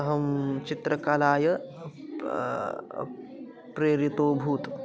अहं चित्रकलया प्रेरितोभूत्